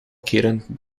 keren